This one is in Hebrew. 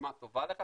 דוגמה טובה לכך,